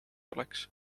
oleks